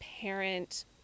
parent